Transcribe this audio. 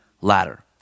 Ladder